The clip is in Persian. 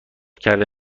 کرده